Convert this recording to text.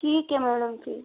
ठीक है मैडम फिर